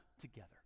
together